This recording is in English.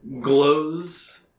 glows